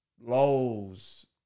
Lowe's